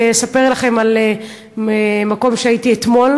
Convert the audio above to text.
לספר לכם על מקום שהייתי בו אתמול,